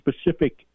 specific